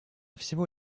всего